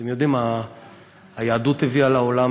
אתם יודעים, היהדות הביאה לעולם